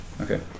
Okay